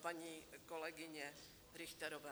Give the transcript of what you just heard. paní kolegyně Richterové.